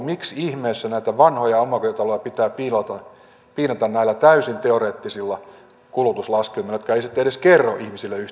miksi ihmeessä näitä vanhoja omakotitaloja pitää piinata näillä täysin teoreettisilla kulutuslaskelmilla jotka eivät sitten edes kerro ihmisille yhtään mitään